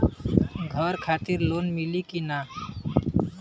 घर खातिर लोन मिली कि ना?